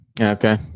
Okay